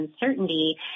uncertainty